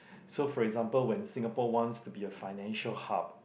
so for example when Singapore wants to be a financial hub